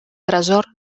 tresor